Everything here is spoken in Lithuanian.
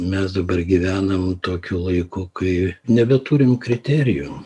mes dabar gyvenam tokiu laiku kai nebeturim kriterijų